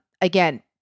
Again